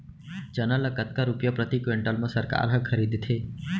चना ल कतका रुपिया प्रति क्विंटल म सरकार ह खरीदथे?